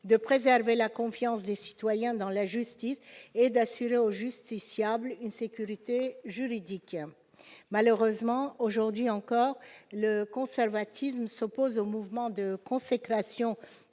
de préserver la confiance des citoyens dans la justice et d'assurer aux justiciables une sécurité juridique. Malheureusement, aujourd'hui encore, le conservatisme s'oppose au mouvement de consécration de